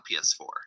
PS4